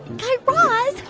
guy raz,